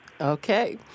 Okay